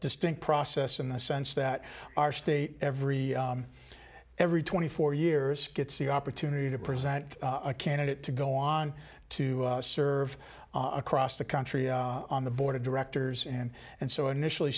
distinct process in the sense that our state every every twenty four years gets the opportunity to present a candidate to go on to serve across the country on the board of directors and and so initially